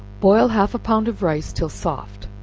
boil half a pound of rice till soft,